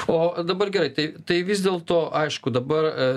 o dabar gerai tai tai vis dėlto aišku dabar